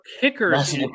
kickers